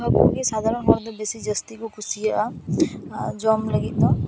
ᱦᱟᱹᱠᱩ ᱜᱮ ᱥᱟᱫᱷᱟᱨᱚᱱ ᱦᱚᱲ ᱫᱚ ᱵᱮᱥᱤ ᱡᱟᱹᱥᱛᱤ ᱠᱚ ᱠᱩᱥᱤᱭᱟᱜᱼᱟ ᱡᱚᱢ ᱞᱟᱹᱜᱤᱫ ᱫᱚ